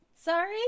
sorry